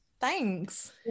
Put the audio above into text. thanks